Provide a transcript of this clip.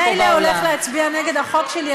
מילא הולך להצביע נגד החוק שלי,